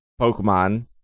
Pokemon